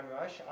Rush